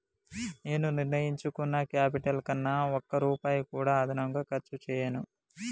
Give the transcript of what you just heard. నేను నిర్ణయించుకున్న క్యాపిటల్ కన్నా ఒక్క రూపాయి కూడా అదనంగా ఖర్చు చేయను